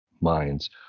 minds